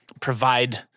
provide